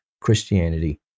Christianity